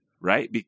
Right